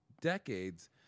decades